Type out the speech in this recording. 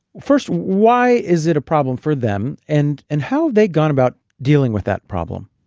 first, why is it a problem for them, and and how have they gone about dealing with that problem?